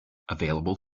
available